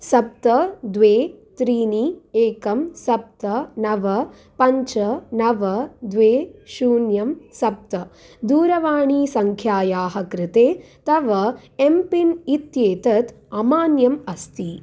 सप्त द्वे त्रीणि एकं सप्त नव पञ्च नव द्वे शून्यं सप्त दूरवाणीसङ्ख्यायाः कृते तव एम्पिन् इत्येतत् अमान्यम् अस्ति